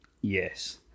Yes